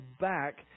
back